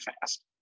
fast